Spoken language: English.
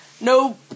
No